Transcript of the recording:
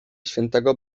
świętego